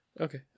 Okay